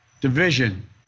division